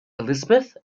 elizabeth